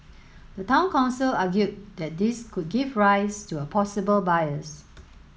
the Town Council argued that this could give rise to a possible bias